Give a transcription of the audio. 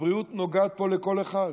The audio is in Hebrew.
הבריאות נוגעת פה לכל אחד.